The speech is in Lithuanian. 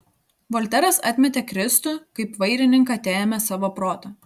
volteras atmetė kristų kaip vairininką teėmė savo protą